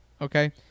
okay